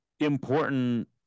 important